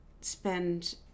spend